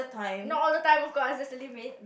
no all the time of course just a limit